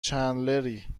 چندلری